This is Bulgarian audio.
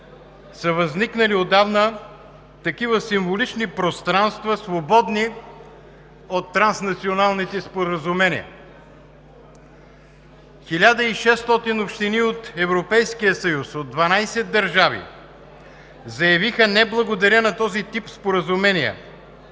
са възникнали отдавна такива символични пространства, свободни от транснационалните споразумения. 1600 общини от Европейския съюз от 12 държави заявиха „Не, благодаря!“ на този тип споразумения.